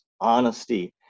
honesty